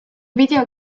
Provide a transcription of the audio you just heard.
video